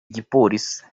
gipolisi